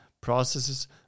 processes